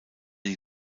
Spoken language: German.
die